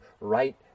right